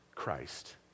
Christ